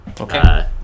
Okay